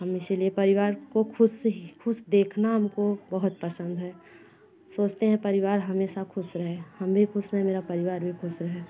हम इसीलिए परिवार को खुश खुश देखना हमको बहुत पसंद है सोचते है परिवार हमेशा खुश रहे हम भी खुश रहे मेरा परिवार भी खुस रहे